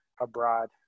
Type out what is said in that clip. abroad